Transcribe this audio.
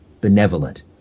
benevolent